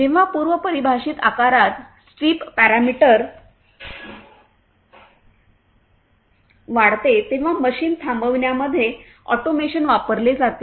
जेव्हा पूर्व परिभाषित आकारात स्ट्रिप पॅरामीटर वाढते तेव्हा मशीन थांबविण्यामध्ये ऑटोमेशन वापरले जाते